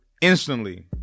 instantly